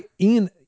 Ian